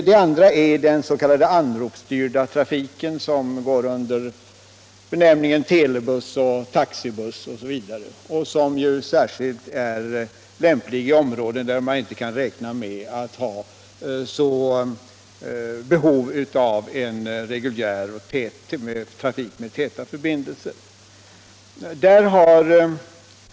Den andra är den s.k. anropsstyrda trafiken, som går under benämningen telebuss, taxibuss osv., och som är särskilt lämplig i områden där man inte kan räkna med att ha möjlighet till en reguljär trafik med täta förbindelser.